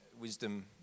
wisdom